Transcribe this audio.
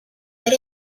that